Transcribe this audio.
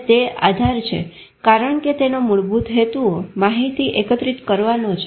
અને તે આધાર છે કારણ કે તેનો મૂળભૂત હેતુઓ માહિતી એકત્રિત કરવાનો છે